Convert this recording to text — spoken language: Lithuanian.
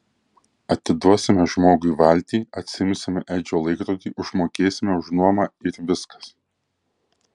atiduosime žmogui valtį atsiimsime edžio laikrodį užmokėsime už nuomą ir viskas